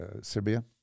Serbia